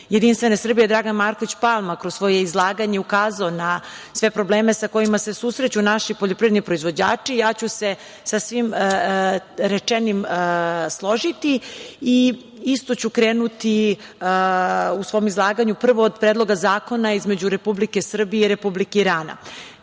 predsednik JS, Dragan Marković Palma, kroz svoje izlaganje ukazao je na sve probleme sa kojima se susreću naši poljoprivredni proizvođači, složiću se sa svim rečenim i isto ću krenuti u svom izlaganju prvo od Predloga zakona između Republike Srbije i Republike Irana. Inače,